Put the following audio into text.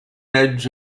edge